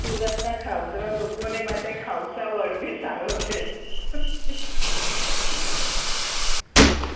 સુરતના ખાઉધરા લોકોને માટે ખાવસા વર્ડ બી સારો છે